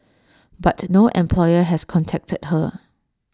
but no employer has contacted her